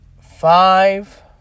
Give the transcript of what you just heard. five